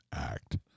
act